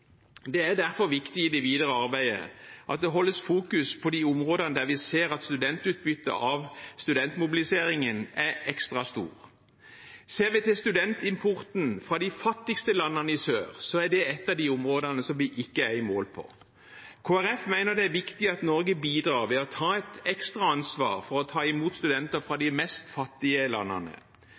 Det er derfor viktig i det videre arbeidet at det fokuseres på de områdene der vi ser at studentutbyttet av studentmobiliseringen er ekstra stort. Ser vi til studentimporten fra de fattigste landene i sør, er det et av de områdene der vi ikke er i mål. Kristelig Folkeparti mener det er viktig at Norge bidrar ved å ta et ekstra ansvar for å ta imot studenter fra de fattigste landene.